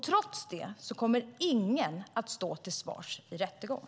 Trots det kommer ingen att stå till svars i rättegång.